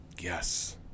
Yes